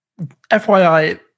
FYI